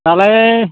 दालाय